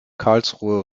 karlsruhe